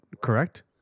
correct